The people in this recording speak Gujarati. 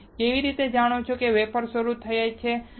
તમે કેવી રીતે જાણો છો કે વેફર શરૂ થાય છે